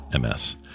MS